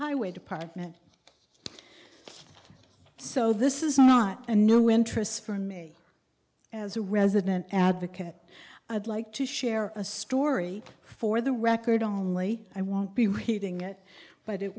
highway department so this is not a new interest for me as a resident advocate i'd like to share a story for the record only i won't be repeating it but it